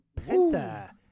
Penta